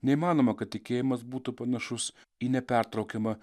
neįmanoma kad tikėjimas būtų panašus į nepertraukiamą